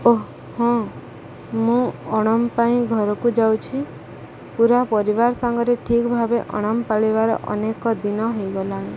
ଓଃ ହଁ ମୁଁ ଓଣମ୍ ପାଇଁ ଘରକୁ ଯାଉଛି ପୂରା ପରିବାର ସାଙ୍ଗରେ ଠିକ୍ ଭାବେ ଓଣମ୍ ପାଳିବାର ଅନେକ ଦିନ ହୋଇଗଲାଣି